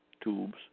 tubes